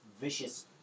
vicious